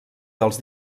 dels